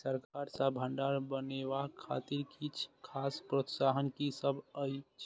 सरकार सँ भण्डार बनेवाक खातिर किछ खास प्रोत्साहन कि सब अइछ?